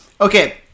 Okay